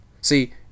See